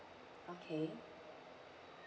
okay